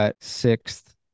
sixth